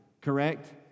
correct